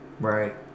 Right